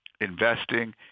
investing